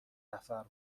نفر